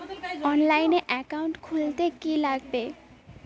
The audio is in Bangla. অনলাইনে একাউন্ট খুলতে কি কি লাগবে?